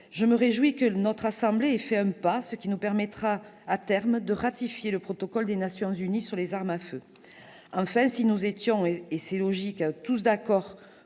je me réjouis que notre assemblée ait fait un pas, ce qui nous permettra, à terme, de ratifier le protocole des Nations unies sur les armes à feu. Enfin, si nous étions tous d'accord-